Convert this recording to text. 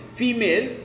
female